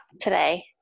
today